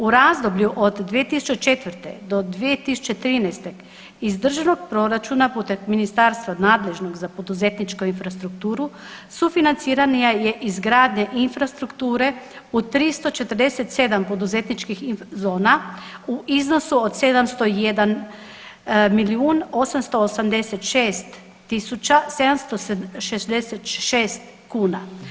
U razdoblju od 2004. do 2013. iz državnog proračuna putem ministarstva nadležnog za poduzetničku infrastrukturu sufinancirana je izgradnja infrastrukture u 347 poduzetničkih zona u iznosu od 701 milijun 886 tisuća 766 kuna.